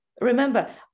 Remember